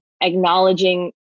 acknowledging